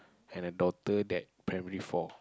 and a daughter that primary four